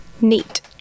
Neat